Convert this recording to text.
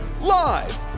Live